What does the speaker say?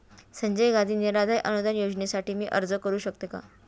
संजय गांधी निराधार अनुदान योजनेसाठी मी अर्ज करू शकते का?